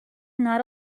not